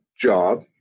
job